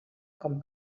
com